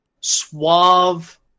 suave